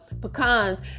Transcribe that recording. pecans